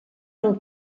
del